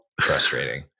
frustrating